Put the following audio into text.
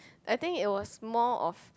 I think it was more of